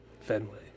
Fenway